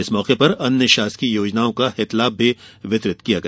इस मौके पर अन्य शासकीय योजनाओं का हितलाभ भी वितरित किया गया